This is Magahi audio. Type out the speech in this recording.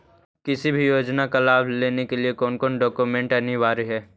किसी भी योजना का लाभ लेने के लिए कोन कोन डॉक्यूमेंट अनिवार्य है?